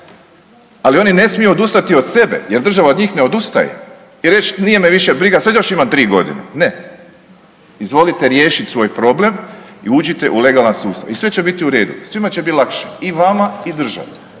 ali oni ne smiju odustati od sebe jer država od njih ne odustaje i reć nije više briga, sad još imam 3 godine. Ne, izvolite riješit svoj problem i uđite u legalan sustav i sve će biti u redu, svima će biti lakše i vama i državi.